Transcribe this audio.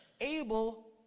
Abel